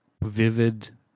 vivid